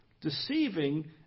deceiving